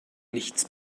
nichts